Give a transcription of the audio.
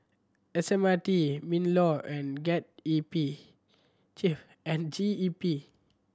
S M R T MinLaw and get E P GEP and G E P